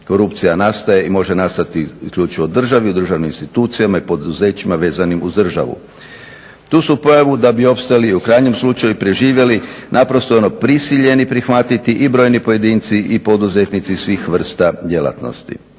Korupcija nastaje i može nastati isključivo u državi, u državnim institucijama i poduzećima vezanim uz državu. Tu su pojavu da bi opstojali u krajnjem slučaju i preživjeli naprosto prisiljeni prihvatiti i brojni pojedinci i poduzetnici svih vrsta djelatnosti.